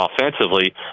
offensively